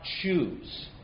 choose